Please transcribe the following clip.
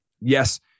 Yes